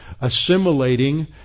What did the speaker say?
assimilating